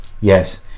Yes